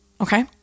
okay